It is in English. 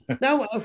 Now